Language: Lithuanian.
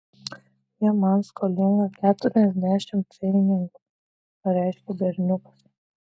ji man skolinga keturiasdešimt pfenigų pareiškė berniukas